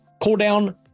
Cooldown